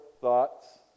thoughts